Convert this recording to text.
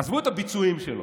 עזבו את הביצועים שלו.